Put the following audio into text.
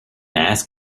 ask